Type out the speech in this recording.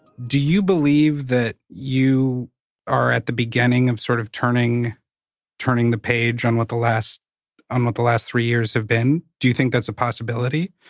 do you believe that you are at the beginning of sort of turning turning the page on what the last um ah the last three years have been? do you think that's a possibility?